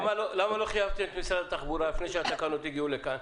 למה לא חייבתם את משרד התחבורה לפני שהתקנות הגיעו לכאן?